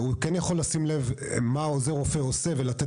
הוא כן יכול לשים מה עוזר הרופא עושה ולתת